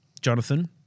Jonathan